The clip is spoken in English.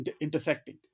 intersecting